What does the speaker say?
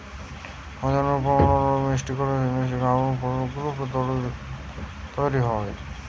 ওন্দোনেশিয়ার pomelo আর জামাইকার মিষ্টি কমলা মিশিকি আঙ্গুরফল বা গ্রেপফ্রূট তইরি হয়